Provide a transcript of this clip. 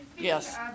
yes